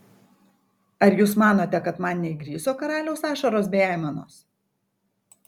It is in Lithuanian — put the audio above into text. ar jūs manote kad man neįgriso karaliaus ašaros bei aimanos